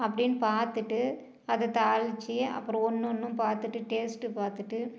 அப்படின்னு பார்த்துட்டு அதை தாளிச்சு அப்புறம் ஒன்று ஒன்றும் பார்த்துட்டு டேஸ்ட்டு பார்த்துட்டு